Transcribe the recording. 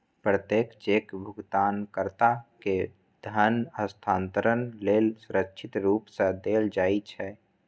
प्रत्येक चेक भुगतानकर्ता कें धन हस्तांतरण लेल सुरक्षित रूप सं देल जाइ छै